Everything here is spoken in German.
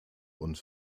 und